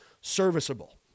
serviceable